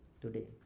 today